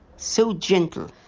so gentle,